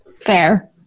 Fair